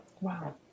Wow